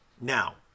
Now